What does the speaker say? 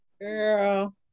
girl